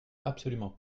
absolument